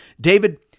David